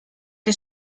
que